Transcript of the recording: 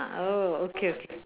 ah oh okay o~